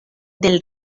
del